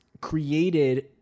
created